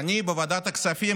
בוועדת הכספים,